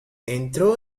entró